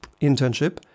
internship